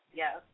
yes